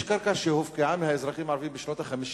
יש קרקע שהופקעה מהאזרחים הערבים בשנות ה-50